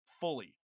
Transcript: fully